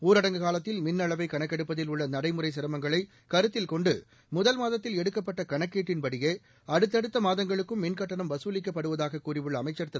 ஊரடங்கு காலத்தில் மின்அளவை கணக்கெடுப்பதில் உள்ள நடைமுறை சிரமங்களை கருத்தில் கொண்டு முதல் மாதத்தில் எடுக்கப்பட்ட கணக்கீட்டின்படியே அடுத்தடுத்த மாதங்களுக்கும் மின்கட்டணம் வசூலிக்கப்படுவதாக கூறியுள்ள அமைச்சர் திரு